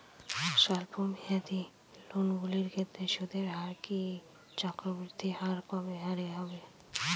স্বল্প মেয়াদী লোনগুলির ক্ষেত্রে সুদের হার কি চক্রবৃদ্ধি হারে হবে?